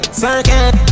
circuit